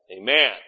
Amen